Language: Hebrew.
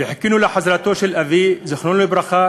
וחיכינו לחזרתו של אבי זיכרונו לברכה